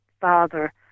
father